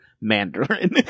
Mandarin